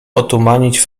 otumanić